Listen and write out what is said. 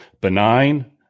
benign